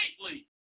greatly